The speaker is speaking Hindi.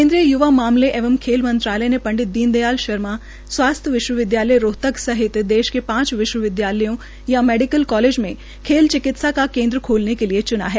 केन्द्रीय य्वा मामले एवं खेल मंत्रालय ने पंडित भगवत दयाल शर्मा स्वास्थ्य विश्वविद्यालय रोहतक सहित दिश के पांच विश्वविद्यालयों या मेडीकल कोलज में खेल चिकित्सा का केन्द्र खोलने के लिए च्ना है